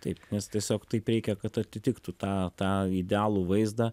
taip nes tiesiog taip reikia kad atitiktų tą tą idealų vaizdą